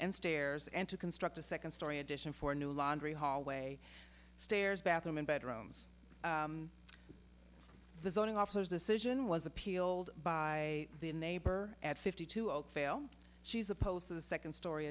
and stairs and to construct a second story addition for a new laundry hallway stairs bathroom and bedrooms the zoning officers decision was appealed by the neighbor at fifty two out fail she's opposed to the second story